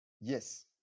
Yes